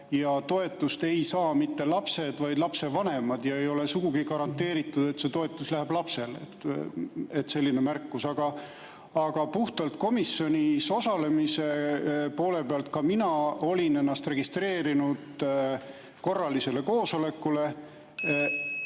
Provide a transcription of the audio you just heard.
ja toetust ei saa mitte lapsed, vaid lapsevanemad. Ei ole sugugi garanteeritud, et see toetus läheb lapsele. Selline märkus. Aga puhtalt komisjonis osalemise poole pealt märgin, et ka mina olin ennast registreerinud korralisele koosolekule,